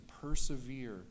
persevere